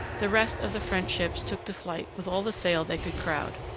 the rest of the french ships took to flight with all the sail they could crowd.